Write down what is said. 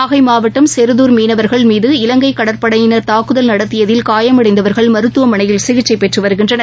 நாகைமாவட்டம் செருதூர் மீனவர்கள் மீது இலங்கைகடற்படையினர் தாக்குதலில் நடத்தியதில் காயமடைந்தவர்கள் மருத்துவமனையில் சிகிச்சைபெற்றுவருகின்றனர்